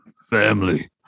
family